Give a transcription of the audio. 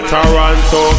Toronto